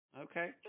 Okay